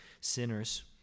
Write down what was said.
sinners